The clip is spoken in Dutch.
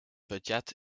budget